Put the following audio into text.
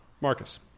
Marcus